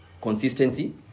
Consistency